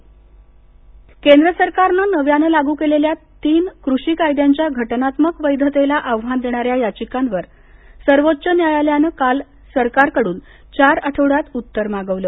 कषी सर्वोच्च न्यायालय केंद्र सरकारनं नव्यानं लागू केलेल्या तीन कृषी कायद्यांच्या घटनात्मक वैधतेला आव्हान देणाऱ्या याचिंकावर सर्वोच्च न्यायालयाने काल सरकारकडून चार आठवड्यांत उत्तर मागवलं